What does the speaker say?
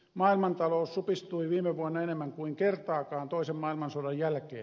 maailmantalous supistui viime vuonna enemmän kuin kertaakaan toisen maailmansodan jälkeen